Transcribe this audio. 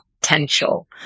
potential